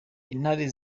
intare